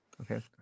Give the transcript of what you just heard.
Okay